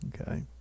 okay